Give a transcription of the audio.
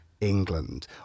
England